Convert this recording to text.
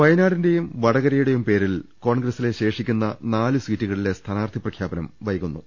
വയനാടിന്റേയും വടകരയുടേയും പേരിൽ കോൺഗ്രസിലെ ശേഷിക്കുന്ന നാല് സീറ്റുകളിലെ സ്ഥാനാർത്ഥി പ്രഖ്യാപനം വൈകു ന്നു